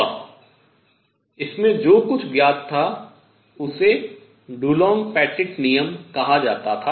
और इसमें जो कुछ ज्ञात था उसे डुलोंग पेटिट नियम कहा जाता था